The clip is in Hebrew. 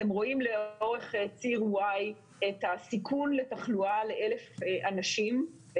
אתם רואים לאורך ציר Y את הסיכון לתחלואה לאלף אנשים,